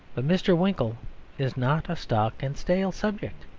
but mr. winkle is not a stock and stale subject.